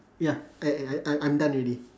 ya I I I I I'm done already